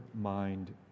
mind